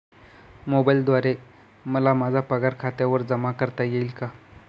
मोबाईलद्वारे मला माझा पगार खात्यावर जमा करता येईल का?